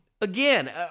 again